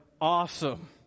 awesome